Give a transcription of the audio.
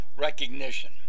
Recognition